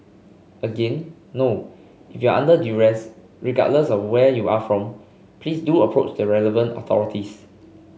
again no if you are under duress regardless of where you are from please do approach the relevant authorities